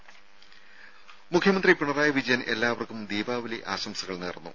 ടെടി മുഖ്യമന്ത്രി പിണറായി വിജയൻ എല്ലാവർക്കും ദീപാവലി ആശംസകൾ നേർന്നു